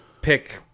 pick